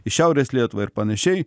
į šiaurės lietuvą ir panašiai